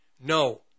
No